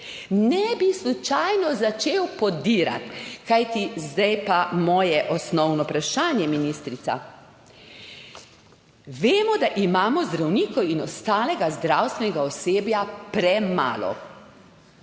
ne bi slučajno začel podirati. Kajti zdaj pa moje osnovno vprašanje, ministrica. Vemo, da imamo zdravnikov in ostalega zdravstvenega osebja premalo.